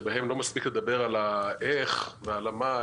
שלא מספיק לדבר על איך ועל מה,